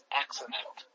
accident